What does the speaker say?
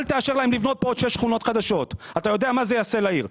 אל אאשר להם לבנות פה עוד שש שכונות חדשות כי אתה יודע מה זה יעשה לעיר.